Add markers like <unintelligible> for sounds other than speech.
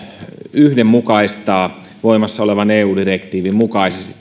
yhdenmukaistetaan voimassa olevan eu direktiivin mukaisesti <unintelligible>